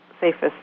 safest